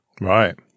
Right